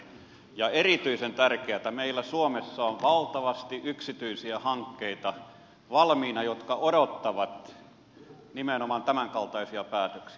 ja on erityisen tärkeää että meillä suomessa on valtavasti yksityisiä hankkeita valmiina jotka odottavat nimenomaan tämänkaltaisia päätöksiä